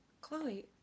Chloe